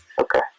Okay